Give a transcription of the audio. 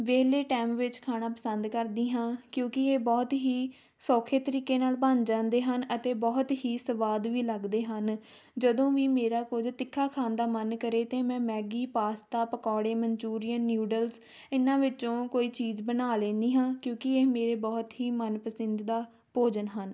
ਵਿਹਲੇ ਟਾਈਮ ਵਿੱਚ ਖਾਣਾ ਪਸੰਦ ਕਰਦੀ ਹਾਂ ਕਿਉਂਕਿ ਇਹ ਬਹੁਤ ਹੀ ਸੌਖੇ ਤਰੀਕੇ ਨਾਲ ਬਣ ਜਾਂਦੇ ਹਨ ਅਤੇ ਬਹੁਤ ਹੀ ਸਵਾਦ ਵੀ ਲੱਗਦੇ ਹਨ ਜਦੋਂ ਵੀ ਮੇਰਾ ਕੁਝ ਤਿੱਖਾ ਖਾਣ ਦਾ ਮਨ ਕਰੇ ਤਾਂ ਮੈਂ ਮੈਗੀ ਪਾਸਤਾ ਪਕੌੜੇ ਮਨਚੂਰੀਅਨ ਨਿਊਡਲਸ ਇਹਨਾਂ ਵਿੱਚੋਂ ਕੋਈ ਚੀਜ਼ ਬਣਾ ਲੈਂਦੀ ਹਾਂ ਕਿਉਂਕਿ ਇਹ ਮੇਰੇ ਬਹੁਤ ਹੀ ਮਨ ਪਸੰਦੀਦਾ ਭੋਜਨ ਹਨ